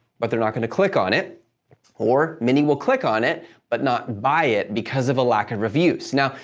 but they're not going to click on it or many will click on it but not buy it, because of a lack of reviews. now,